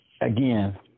Again